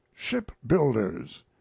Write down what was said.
Shipbuilders